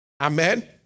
Amen